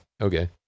Okay